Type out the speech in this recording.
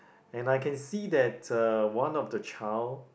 and I can see that uh one of the child